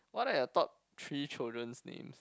what I thought three children's names